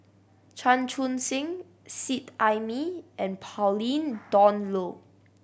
Chan Chun Sing Seet Ai Mee and Pauline Dawn Loh